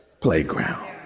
playground